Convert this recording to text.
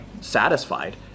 satisfied